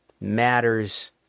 matters